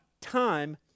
time